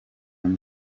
umwe